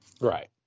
Right